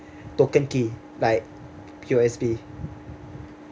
token key like P_O_S_B